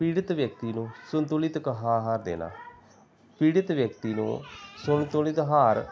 ਪੀੜਿਤ ਵਿਅਕਤੀ ਨੂੰ ਸੰਤੁਲਿਤ ਆ ਆਹਾਰ ਦੇਣਾ ਪੀੜਿਤ ਵਿਅਕਤੀ ਨੂੰ ਸੰਤੁਲਿਤ ਆਹਾਰ